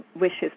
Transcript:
wishes